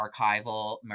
archival